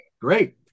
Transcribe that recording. Great